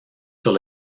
sur